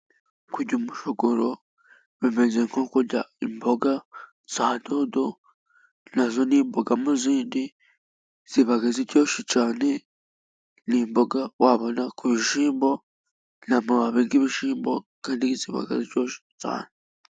Kurya umushogoro bimeze nko kurya imboga za dodo nazo ni imboga mu zindi, ziba ziryoshye cyane ni imboga wabona ku bishyimbo ni amababi y'ibishyimbo kandi ziba ziryoshye cyane.